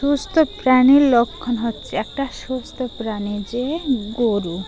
সুস্থ প্রাণীর লক্ষণ হচ্ছে একটা সুস্থ প্রাণী যে গরু